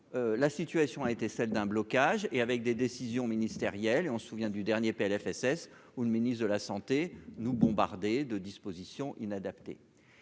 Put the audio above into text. la situation a été celle d'un blocage et avec des décisions ministérielles et on se souvient du dernier Plfss, où le ministre de la Santé nous bombarder de dispositions inadaptés.